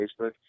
Facebook